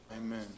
Amen